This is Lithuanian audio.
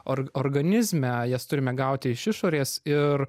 or organizme jas turime gauti iš išorės ir